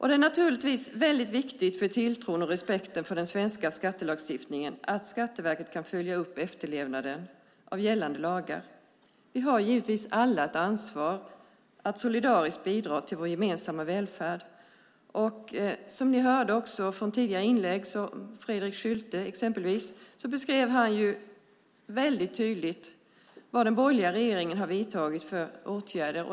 Det är naturligtvis väldigt viktigt för tilltron och respekten för den svenska skattelagstiftningen att Skatteverket kan följa upp efterlevnaden av gällande lagar. Vi har givetvis alla ett ansvar att solidariskt bidra till vår gemensamma välfärd, och som ni också hörde i tidigare inlägg, till exempel från Fredrik Schulte, så beskrev han väldigt tydligt vad den borgerliga regeringen har vidtagit för åtgärder.